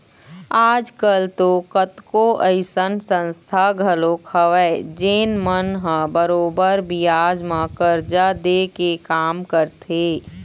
आज कल तो कतको अइसन संस्था घलोक हवय जेन मन ह बरोबर बियाज म करजा दे के काम करथे